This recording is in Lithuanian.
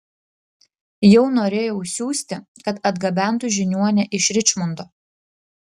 jau norėjau siųsti kad atgabentų žiniuonę iš ričmondo